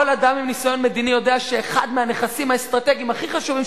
כל אדם עם ניסיון מדיני יודע שאחד מהנכסים האסטרטגיים הכי חשובים